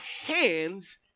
hands